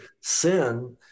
sin